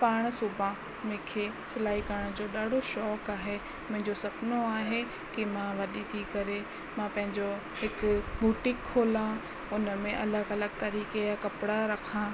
पाण सुबा मूंखे सिलाई करण जो ॾाढो शौंक़ु आहे मुंहिंजो सुपिणो आहे की मां वॾी थी करे मां पंहिंजो हिकु बुटिक खोलियां उनमें अलॻि अलॻि तरीक़े जा कपिड़ा रखा